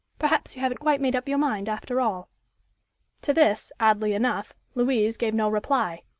perhaps you haven't quite made up your mind, after all to this, oddly enough, louise gave no reply.